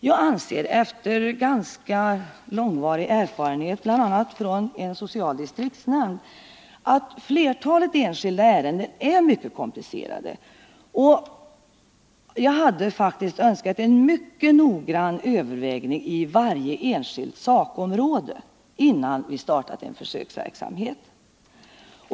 Jag anser, mot bakgrund av ganska lång erfarenhet bl.a. från en social distriktsnämnd, att flertalet enskilda ärenden är mycket komplicerade, och jag hade faktiskt önskat ett mycket noggrant övervägande på varje enskilt sakområde, innan vi startat en försöksverksamhet.